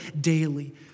daily